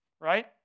right